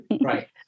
Right